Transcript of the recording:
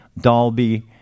Dolby